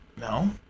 no